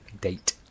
Date